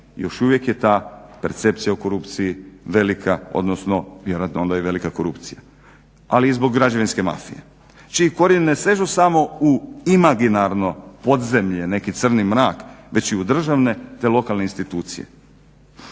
još uvijek je ta percepcija o korupciji velika odnosno vjerojatno je onda velika i korupcija, ali i zbog građevinske mafije čiji korijen ne sežu samo u imaginarno podzemlje, neki crni mrak već i u državne te lokalne institucije.